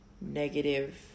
Negative